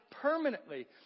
permanently